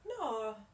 No